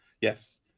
Yes